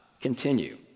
continue